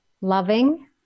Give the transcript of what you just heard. loving